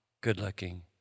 good-looking